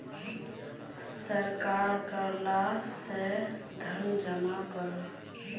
सरकार कर ला से धन जमा करोह